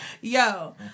Yo